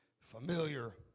familiar